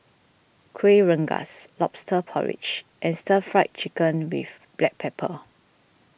Kuih Rengas Lobster Porridge and Stir Fry Chicken with Black Pepper